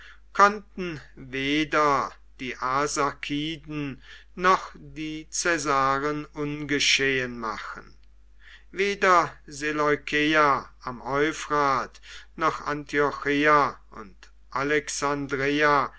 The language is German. konnten weder die arsakiden noch die caesaren ungeschehen machen weder seleukeia am euphrat noch antiocheia und alexandreia